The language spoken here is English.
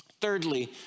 Thirdly